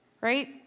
right